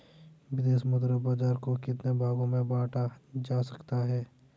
विदेशी मुद्रा बाजार को कितने भागों में बांटा जा सकता है?